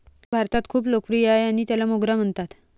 हे भारतात खूप लोकप्रिय आहे आणि त्याला मोगरा म्हणतात